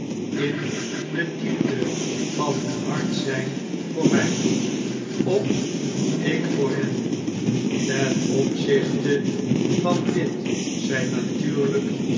in de diepte van hun hart zjjn voor m j of ik voor hen ten opzichte van dit zjjn natuurlijk